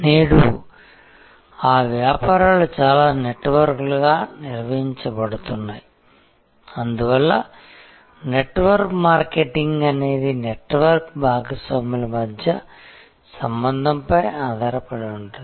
నేడు ఈ వ్యాపారాలు చాలా నెట్వర్క్లుగా నిర్వహించబడుతున్నాయి అందువలన నెట్వర్క్ మార్కెటింగ్ అనేది నెట్వర్క్ భాగస్వాముల మధ్య సంబంధంపై ఆధారపడి ఉంటుంది